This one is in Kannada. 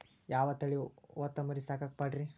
ಯಾವ ತಳಿ ಹೊತಮರಿ ಸಾಕಾಕ ಪಾಡ್ರೇ?